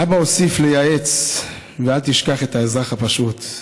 אבא הוסיף לייעץ: ואל תשכח את האזרח הפשוט,